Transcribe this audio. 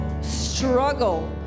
struggle